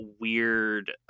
weird